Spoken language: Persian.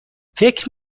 فکر